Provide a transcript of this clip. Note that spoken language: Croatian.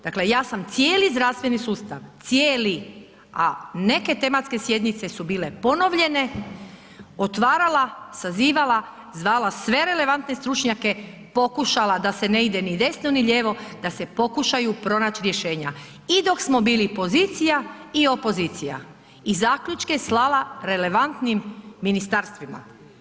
Dakle, ja sam cijeli zdravstveni sustav, cijeli, a neke tematske sjednice su bile ponovljene, otvarala sazivala, zvala sve relevantne stručnjake, pokušala da se ne ide ni desno ni lijevo, da se pokušaju pronaći rješenja i dok smo bili pozicija i opozicija i zaključke slala relevantnim ministarstvima.